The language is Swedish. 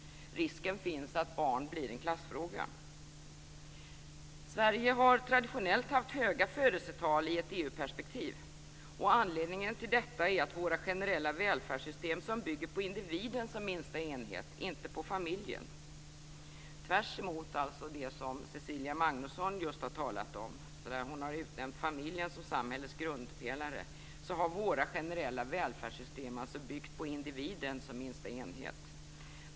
Risken finns att barn blir en klassfråga. Sverige har traditionellt haft höga födelsetal ur ett EU-perspektiv. Anledningen till detta är våra generella välfärdssystem som bygger på individen som minsta enhet, inte på familjen. Tvärtemot vad Cecilia Magnusson nyss talade om - hon utnämnde familjen till samhällets grundpelare - har våra generella välfärdssystem byggt på individen som minsta enhet.